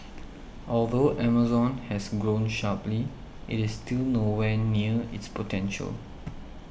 although Amazon has grown sharply it is still nowhere near its potential